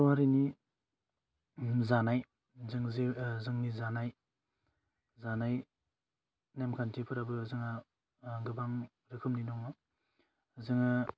बर' हारिनि जानाय जों जे जोंनि जानाय जानाय नेमखान्थिफोराबो जोंहा गोबां रोखोमनि दङ जोङो